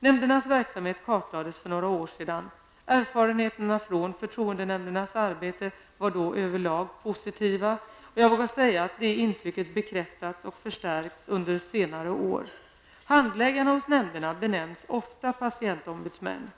Nämndernas verksamhet kartlades för några år sedan. Erfarenheterna från förtroendenämndernas arbete var då överlag positiva, och jag vågar säga att det intrycket bekräftats och förstärkts under senare år. Handläggarna hos nämnderna benämns ofta patientombudsmän.